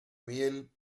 miel